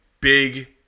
big